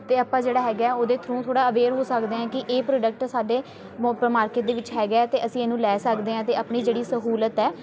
ਅਤੇ ਆਪਾਂ ਜਿਹੜਾ ਹੈਗਾ ਉਹਦੇ ਥਰੂ ਥੋੜ੍ਹਾ ਅਵੇਅਰ ਹੋ ਸਕਦੇ ਹਾਂ ਕਿ ਇਹ ਪ੍ਰੋਡਕਟ ਸਾਡੇ ਮ ਮਾਰਕੀਟ ਦੇ ਵਿੱਚ ਹੈਗਾ ਅਤੇ ਅਸੀਂ ਇਹਨੂੰ ਲੈ ਸਕਦੇ ਹਾਂ ਅਤੇ ਆਪਣੀ ਜਿਹੜੀ ਸਹੂਲਤ ਹੈ